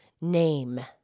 name